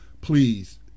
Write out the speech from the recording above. please